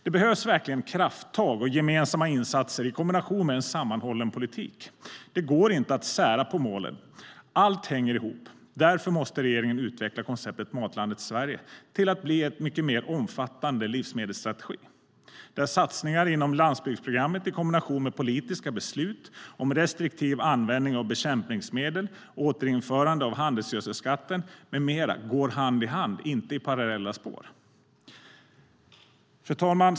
Det behövs verkligen krafttag och gemensamma insatser i kombination med en sammanhållen politik. Det går inte att sära på målen - allt hänger ihop. Därför måste regeringen utveckla konceptet Matlandet Sverige till att bli en mycket mer omfattande livsmedelsstrategi, där satsningar inom landsbygdsprogrammet i kombination med politiska beslut om restriktiv användning av bekämpningsmedel, återinförande av handelsgödselsskatt med mera går hand i hand, inte i parallella spår. Fru talman!